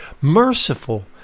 merciful